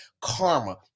karma